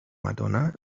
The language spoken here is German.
madonna